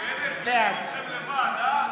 בעד בנט